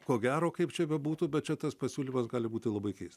ko gero kaip čia bebūtų bet čia tas pasiūlymas gali būti labai keisti